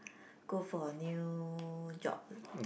go for a new job